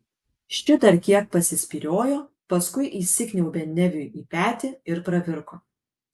ši dar kiek pasispyriojo paskui įsikniaubė neviui į petį ir pravirko